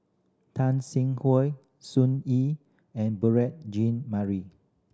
Tan Sin Sun Yee and Jean Marie